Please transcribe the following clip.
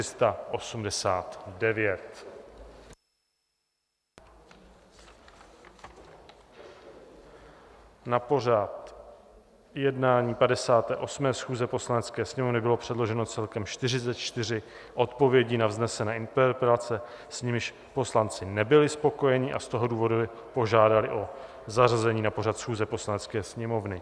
Na pořad jednání 58. schůze Poslanecké sněmovny bylo předloženo celkem 44 odpovědí na vznesené interpelace, s nimiž poslanci nebyli spokojeni, a z toho důvodu požádali o zařazení na pořad schůze Poslanecké sněmovny.